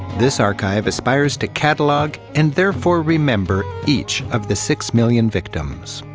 this archive aspires to catalog and, therefore, remember each of the six million victims.